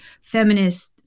feminist